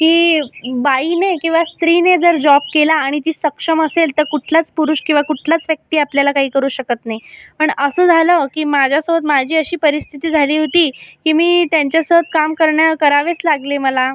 की बाईने किंवा स्त्रीने जर जॉब केला आणि ती सक्षम असेल तर कुठलाच पुरुष किंवा कुठलाच व्यक्ती आपल्याला काही करू शकत नाई पण असं झालं की माझ्यासोबत माझी अशी परिस्थिती झाली होती की मी त्यांच्यासोबत काम करण्या करावेच लागले मला